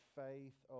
faith